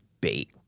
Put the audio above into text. bait